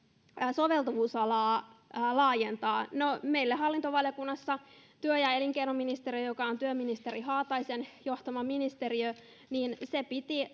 soveltuvuusalaa laajentaa no meillä hallintovaliokunnassa työ ja elinkeinoministeriö tem joka on työministeri haataisen johtama ministeriö